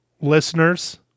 listeners